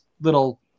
little